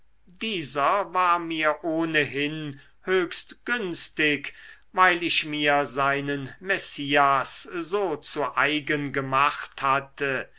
dieser war mir ohnehin höchst günstig weil ich mir seinen messias so zu eigen gemacht hatte